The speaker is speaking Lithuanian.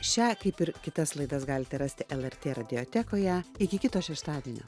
šią kaip ir kitas laidas galite rasti el er t radijotekoje iki kito šeštadienio